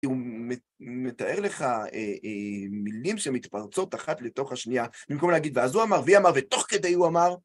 כי הוא מתאר לך מילים שמתפרצות אחת לתוך השנייה, במקום להגיד, ואז הוא אמר, והיא אמרה, ותוך כדי הוא אמר...